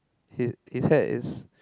his his hair is